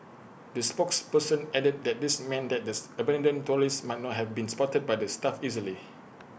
the spokesperson added that this meant that this abandoned trolleys might not have been spotted by the staff easily